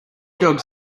dogs